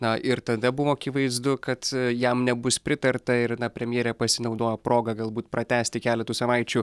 na ir tada buvo akivaizdu kad jam nebus pritarta ir na premjerė pasinaudojo proga galbūt pratęsti keletui savaičių